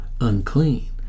unclean